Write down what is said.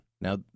Now